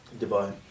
Dubai